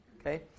Okay